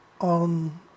on